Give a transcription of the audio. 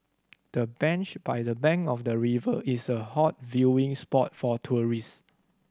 the bench by the bank of the river is a hot viewing spot for tourist